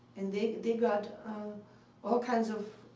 and they they got all kinds of